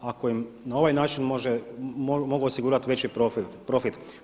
Ako im na ovaj način mogu osigurati veći profit.